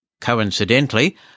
Coincidentally